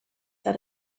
that